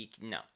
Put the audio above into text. No